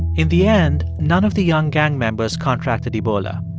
in the end, none of the young gang members contracted ebola,